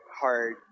hard